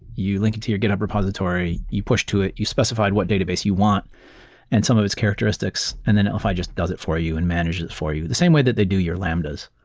you link it go your github repository. you push to it. you specified what database you want and some of its characteristics, and then netlify just does it for you and manage it for you, the same way that they do your lambdas.